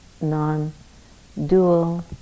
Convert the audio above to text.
non-dual